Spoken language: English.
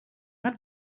not